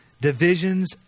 divisions